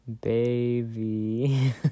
Baby